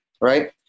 right